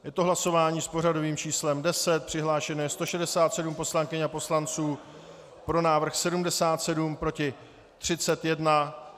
Je to hlasování s pořadovým číslem 10, přihlášeno je 167 poslankyň a poslanců, pro návrh 77, proti 31.